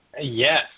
Yes